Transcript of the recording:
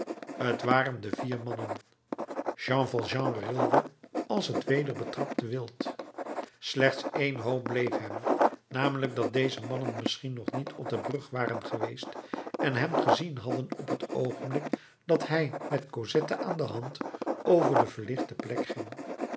t waren de vier mannen jean valjean rilde als t weder betrapte wild slechts één hoop bleef hem namelijk dat deze mannen misschien nog niet op de brug waren geweest en hem gezien hadden op t oogenblik dat hij met cosette aan de hand over de verlichte plek ging